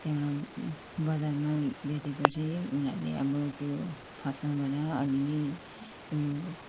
त्यहाँबाट बजारमा बेचेपछि उनीहरूले अब त्यो फसलबाट अलिअलि उयो